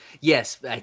Yes